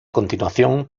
continuación